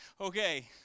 okay